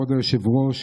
כבוד היושב-ראש,